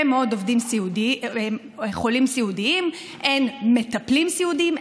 מאוד חולים סיעודיים ואין מטפלים סיעודיים.